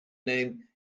name